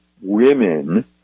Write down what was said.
women